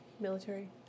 military